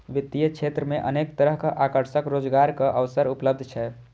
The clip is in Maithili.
वित्तीय क्षेत्र मे अनेक तरहक आकर्षक रोजगारक अवसर उपलब्ध छै